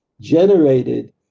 generated